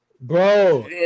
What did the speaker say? Bro